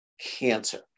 cancer